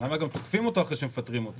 למה גם תוקפים אותו אחרי שמפטרים אותו?